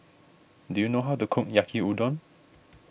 do you know how to cook Yaki Udon